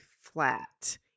flat